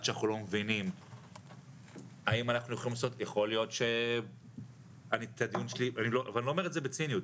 ואני לא אומר את זה בציניות.